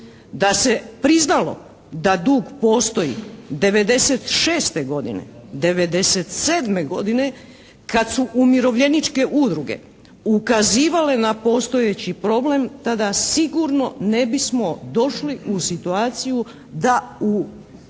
Da se priznalo da dug postoji '96. godine, '97. godine kad su umirovljeničke udruge ukazivale na postojeći problem tada sigurno ne bismo došli u situaciju da u